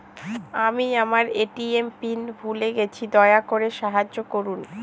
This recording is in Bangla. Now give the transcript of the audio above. আমি আমার এ.টি.এম পিন ভুলে গেছি, দয়া করে সাহায্য করুন